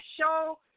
show